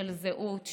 של זהות,